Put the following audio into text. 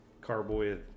carboy